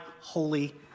Holy